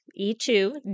E2